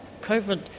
covid